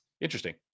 Interesting